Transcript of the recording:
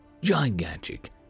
gigantic